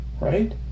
right